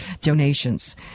Donations